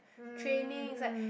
training is like